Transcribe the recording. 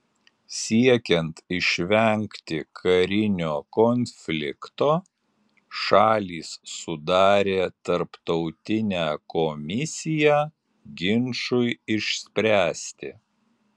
siekiant išvengti karinio konflikto šalys sudarė tarptautinę komisiją ginčui išspręsti